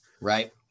Right